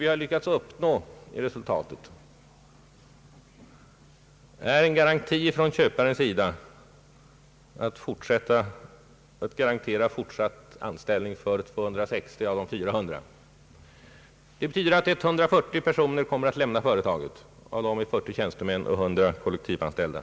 Vi har lyckats uppnå en garanti från köparen om fortsatt anställning för 260 av de 400. Det betyder att 140 personer kommer att lämna företaget. Av dem är 40 tjänstemän och 100 kollektivanställda.